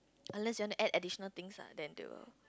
unless you want to add additional things lah then they will